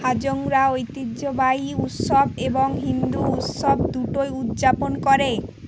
হাজংরা ঐতিহ্যবাহী উৎসব এবং হিন্দু উৎসব দুটোই উদযাপন করে